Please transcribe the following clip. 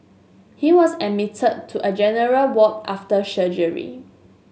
he was admitted to a general ward after surgery